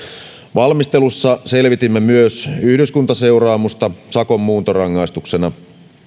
valmistelussa selvitimme myös yhdyskuntaseuraamusta sakon muuntorangaistuksena